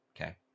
Okay